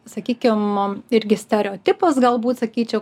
sakykim irgi stereotipas galbūt sakyčiau